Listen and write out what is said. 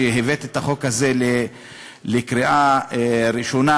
כשהבאת את החוק הזה לקריאה ראשונה,